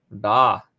Da